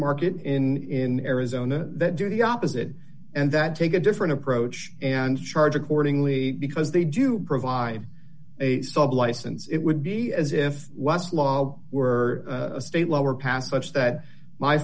market in arizona that do the opposite and that take a different approach and charge accordingly because they do provide a sub license it would be as if it were a state lower past such that my